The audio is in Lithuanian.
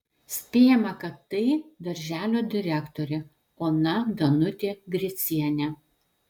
spėjama kad tai darželio direktorė ona danutė gricienė